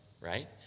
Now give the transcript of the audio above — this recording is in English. right